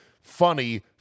funny